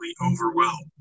overwhelmed